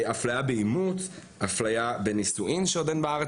אפליה באימוץ, אפליה בנישואין שעוד אין בארץ.